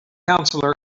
counselor